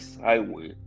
highway